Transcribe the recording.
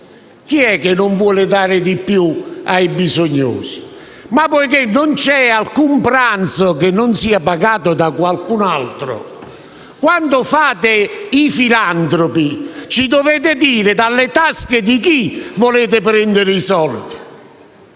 Chi è che non vuole dare di più ai bisognosi? Ma poiché non c'è alcun pranzo che non sia pagato da qualcun altro, quando fate i filantropi ci dovete dire dalle tasche di chi volete prendere i soldi